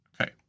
Okay